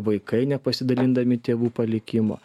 vaikai nepasidalindami tėvų palikimo